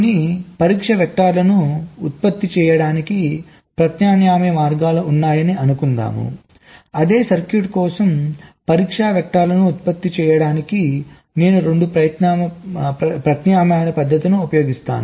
కొన్ని పరీక్ష వెక్టర్లను ఉత్పత్తి చేయడానికి ప్రత్యామ్నాయ మార్గాలు ఉన్నాయని అనుకుందాం అదే సర్క్యూట్ కోసం పరీక్ష వెక్టర్లను ఉత్పత్తి చేయడానికి నేను 2 ప్రత్యామ్నాయ పద్ధతులను ఉపయోగిస్తాను